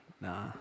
nah